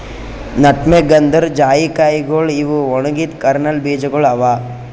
nutmeg ಅಂದುರ್ ಜಾಯಿಕಾಯಿಗೊಳ್ ಇವು ಒಣಗಿದ್ ಕರ್ನಲ್ ಬೀಜಗೊಳ್ ಅವಾ